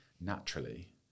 naturally